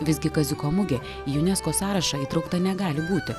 visgi kaziuko mugė unesco sąrašą įtraukta negali būti